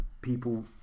people